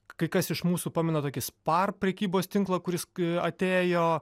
kai kas iš mūsų pamena tokį spar prekybos tinklą kuris kai atėjo